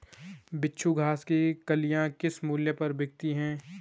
बिच्छू घास की कलियां किस मूल्य पर बिकती हैं?